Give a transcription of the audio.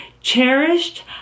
cherished